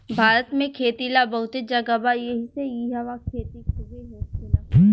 भारत में खेती ला बहुते जगह बा एहिसे इहवा खेती खुबे होखेला